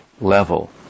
level